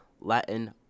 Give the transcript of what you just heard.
Latin